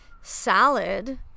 salad